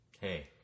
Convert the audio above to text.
Hey